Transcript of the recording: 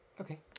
okay